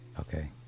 Okay